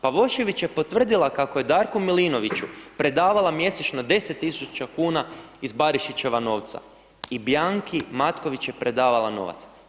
Pavošević je potvrdila kako je Darku Milinoviću predavala mjesečno 10.000 kuna iz Barišićeva novca, i Bianci Matković je predavala novac.